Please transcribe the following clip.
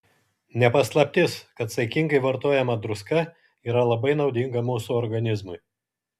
ne paslaptis kad saikingai vartojama druska yra labai naudinga mūsų organizmui